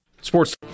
Sports